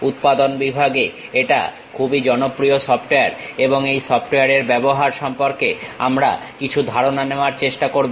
উৎপাদন বিভাগে এটা খুবই জনপ্রিয় সফটওয়্যার এবং এই সফটওয়্যারের ব্যবহার সম্পর্কে আমরা কিছু ধারণা নেওয়ার চেষ্টা করবো